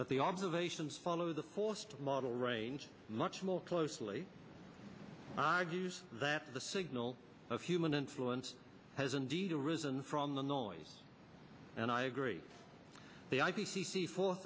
that the observations follow the host model range much more closely argues that the signal of human influence has indeed arisen from the noise and i agree the i p c c fo